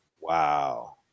Wow